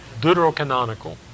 Deuterocanonical